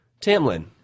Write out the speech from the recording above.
Tamlin